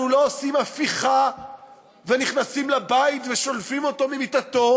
אנחנו לא עושים הפיכה ונכנסים לבית ושולפים אותו ממיטתו,